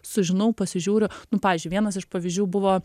sužinau pasižiūriu nu pavyzdžiui vienas iš pavyzdžių buvo